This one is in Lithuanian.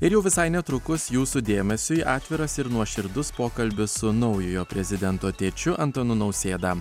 ir jau visai netrukus jūsų dėmesiui atviras ir nuoširdus pokalbis su naujojo prezidento tėčiu antanu nausėda